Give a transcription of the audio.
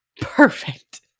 perfect